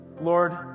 Lord